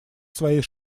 своей